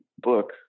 book